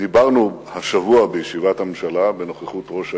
דיברנו השבוע בישיבת הממשלה, בנוכחות ראש העיר,